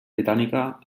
britànica